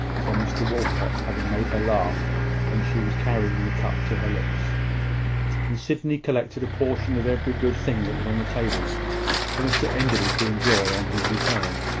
from mr walcot having made her laugh when she was carrying the cup to her lips and sydney collected a portion of every good thing that was on the table for mr enderby to enjoy on his return.